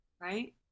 right